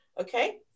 okay